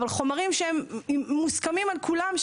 אבל חומרים שמוסכמים על כולם,